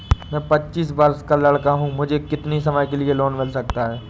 मैं पच्चीस वर्ष का लड़का हूँ मुझे कितनी समय के लिए लोन मिल सकता है?